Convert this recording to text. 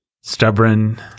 stubborn